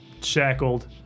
shackled